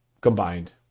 Combined